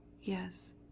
yes